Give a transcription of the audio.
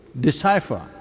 decipher